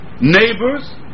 neighbors